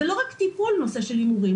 זה לא רק טיפול בנושא ההימורים,